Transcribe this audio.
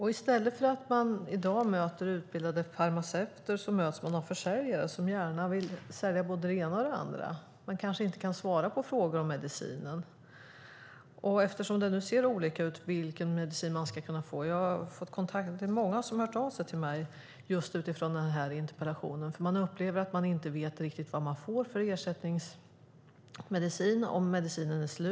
I stället för att man möter utbildade farmaceuter möts man i dag av försäljare som gärna vill sälja både det ena och det andra men som kanske inte kan svara på frågor om medicinen. Det ser olika ut beträffande vilken medicin man ska kunna få. Det är många som har hört av sig till mig utifrån min interpellation. De upplever att de inte riktigt vet vilken ersättningsmedicin de får om medicinen är slut.